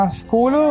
school